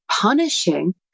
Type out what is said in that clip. punishing